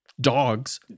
dogs